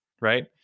right